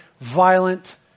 violent